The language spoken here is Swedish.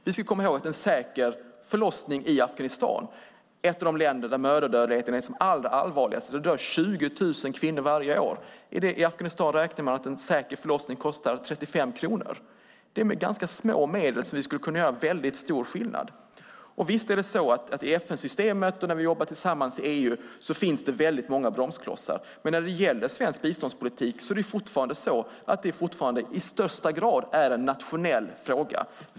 Vi ska komma ihåg att i Afghanistan, ett av de länder där mödradödligheten är som allra allvarligast och 20 000 kvinnor dör varje år, räknar man med att en säker förlossning kostar 35 kronor. Det är med ganska små medel som vi skulle kunna göra väldigt stor skillnad. Visst är det så att det i FN-systemet och när vi jobbar tillsammans i EU finns väldigt många bromsklossar. Men när det gäller svensk biståndspolitik är det fortfarande i högsta grad en nationell fråga.